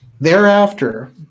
Thereafter